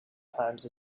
times